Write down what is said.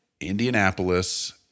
Indianapolis